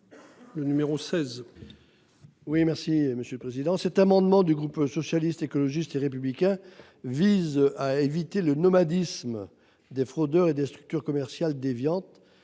Le numéro 16. Oui, merci Monsieur le Président. Cet amendement du groupe socialiste, écologiste et républicain vise à éviter le nomadisme des fraudeurs et des structures commerciales déviantes